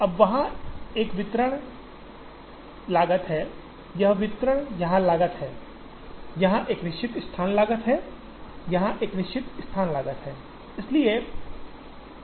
अब वहाँ एक वितरण लागत है एक वितरण यहाँ लागत है यहाँ एक निश्चित स्थान लागत है यहाँ एक निश्चित स्थान लागत है